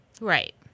Right